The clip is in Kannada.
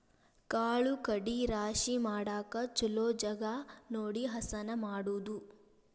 ಕಾಳು ಕಡಿ ರಾಶಿ ಮಾಡಾಕ ಚುಲೊ ಜಗಾ ನೋಡಿ ಹಸನ ಮಾಡುದು